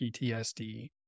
PTSD